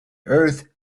earth